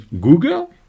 Google